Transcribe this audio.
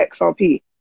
XRP